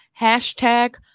Hashtag